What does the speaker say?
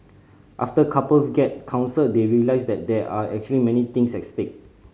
after couples get counselled they realise that there are actually many things at stake